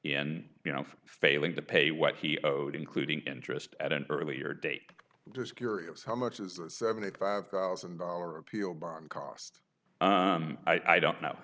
in you know failing to pay what he owed including interest at an earlier date just curious how much is the seventy five thousand dollar appeal bond cost i don't know